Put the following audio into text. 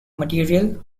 material